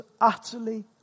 utterly